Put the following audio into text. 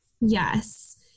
Yes